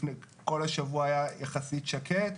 כל השבוע היה יחסית שקט.